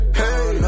hey